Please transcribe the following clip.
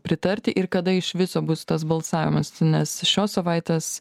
pritarti ir kada iš viso bus tas balsavimas nes šios savaitės